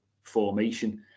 formation